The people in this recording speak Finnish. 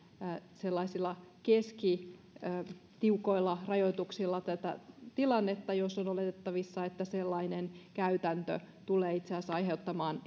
sellaisilla keskitiukoilla rajoituksilla tätä tilannetta jos on oletettavissa että sellainen käytäntö tulee itse asiassa aiheuttamaan